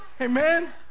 Amen